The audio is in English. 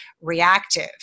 reactive